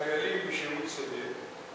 חיילים בשירות סדיר,